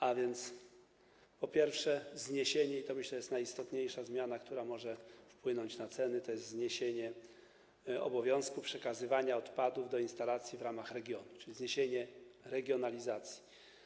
A więc, po pierwsze - myślę, że to jest najistotniejsza zmiana, która może wpłynąć na ceny - zniesienie obowiązku przekazywania odpadów do instalacji w ramach regionu, czyli zniesienie regionalizacji.